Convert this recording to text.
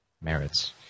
Merits